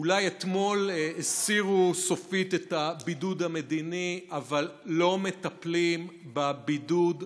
אולי אתמול הסירו סופית את הבידוד המדיני אבל לא מטפלים בבידוד הפנימי.